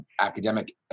academic